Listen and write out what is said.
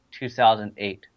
2008